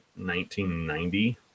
1990